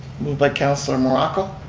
moved by councillor morocco,